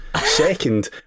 Second